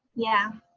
yeah.